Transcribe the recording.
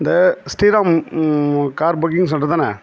இந்த Sriram car booking centre தானே